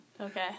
Okay